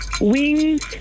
wings